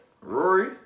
rory